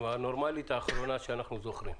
הנורמלית האחרונה שאנחנו זוכרים.